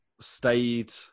stayed